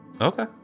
Okay